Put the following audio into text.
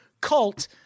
cult